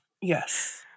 Yes